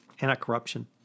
anti-corruption